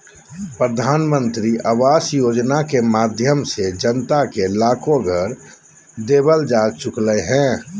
प्रधानमंत्री आवास योजना के माध्यम से जनता के लाखो घर देवल जा चुकलय हें